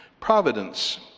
Providence